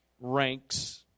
ranks